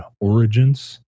origins